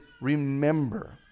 remember